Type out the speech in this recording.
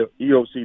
EOC